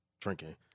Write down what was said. drinking